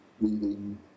reading